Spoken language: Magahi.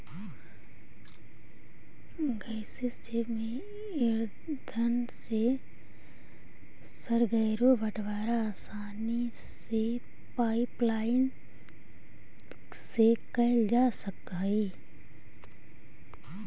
गैसीय जैव ईंधन से सर्गरो बटवारा आसानी से पाइपलाईन से कैल जा सकऽ हई